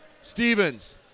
Stevens